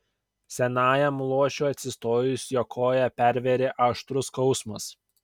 senajam luošiui atsistojus jo koją pervėrė aštrus skausmas